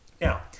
Now